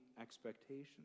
Expectations